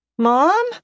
Mom